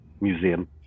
museum